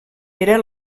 era